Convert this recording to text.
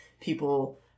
people